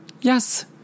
Yes